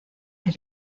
del